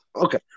Okay